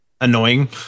annoying